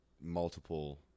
multiple